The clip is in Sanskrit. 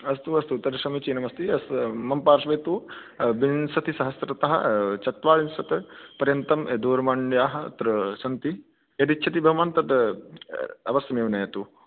अस्तु अस्तु तर्हि समीचीनमस्ति मम पार्श्वे तु विंसतिसहस्रतः चत्वारिंशत् पर्यन्तं दूरवाण्यः अत्र सन्ति यद् इच्छति भवान् तद् अवश्यमेव नयतु